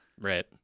Right